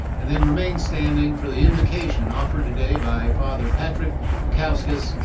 and then remain standing for the invocation offered today by father patrick baikauskas,